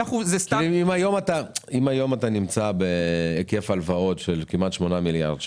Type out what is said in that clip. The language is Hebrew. אם היום אתה נמצא בהיקף הלוואות של כמעט שמונה מיליארד שקל,